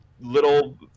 little